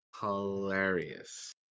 Hilarious